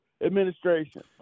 administration